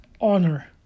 honor